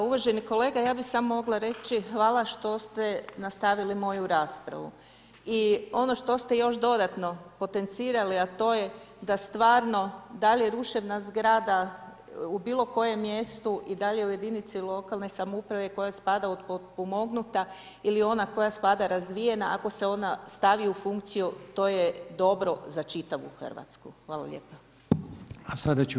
Pa uvaženi kolega ja bih samo mogla reći, hvala što ste nastavili moju raspravu i ono što ste još dodatno potencirali, a to je da stvarno da li je ruševna zgrada u bilo kojem mjestu i da li je u jedinici lokalne samouprave koja spada u potpomognuta ili ona koja spada razvijena ako se ona stavi u funkciju to je dobro za čitavu Hrvatsku.